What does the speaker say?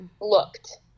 looked